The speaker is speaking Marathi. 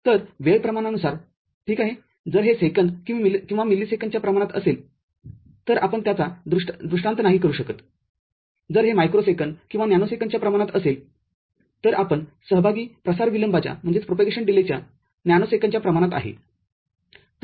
तर वेळ प्रमाणानुसार ठीक आहेजर हे सेकंद किंवा मिलिसेकंदच्या प्रमाणात असेल तर आपण त्याचा दृष्टांत नाही करू शकतजर हे मायक्रो सेकंद किंवा नॅनो सेकंदच्या प्रमाणात असेल तर आपण सहभागी प्रसार विलंबाच्या नॅनोसेकंदच्या प्रमाणात आहे